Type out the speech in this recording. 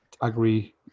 agree